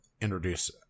introduce